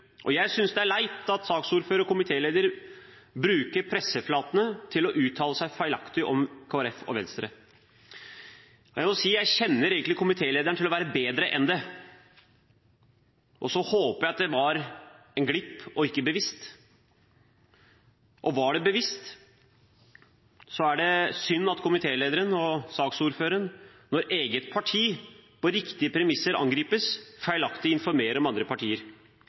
grunn. Jeg synes det er leit at saksordføreren og komitélederen bruker presseflatene til å uttale seg feilaktig om Kristelig Folkeparti og Venstre. Jeg må si at jeg egentlig kjenner komitélederen som bedre enn dette. Så håper jeg at det var en glipp og ikke bevisst. Var det bevisst, er det synd at komitélederen og saksordføreren når eget parti på riktige premisser angripes, feilaktig informerer om andre partier.